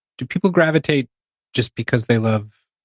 do people gravitate just because they love,